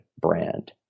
brand